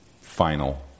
final